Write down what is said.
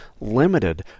limited